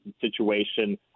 situation